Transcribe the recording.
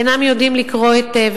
אינם יודעים לקרוא היטב,